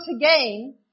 again